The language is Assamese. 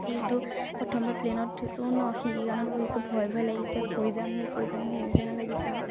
যিহেতু প্ৰথমবাৰ প্লেনত উঠিছোঁ ন' খিৰিকী কাণত বহিছোঁ ভয় ভয় লাগিছে পৰি যামনি পৰি যামনি এই নিচিনা লাগিছে আৰু